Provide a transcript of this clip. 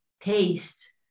taste